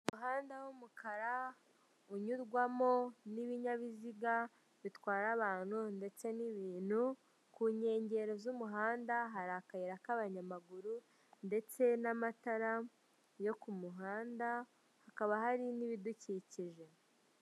Umuhanda w'umukara unyurwamo n'ibinyabiziga bitwara abantu ndetse n'ibintu, kunkengero z'umuhanda hari akayira k'abanyamaguru, ndetse n'amatara yo kumuhanda, hakaba hari n'ibidukikije.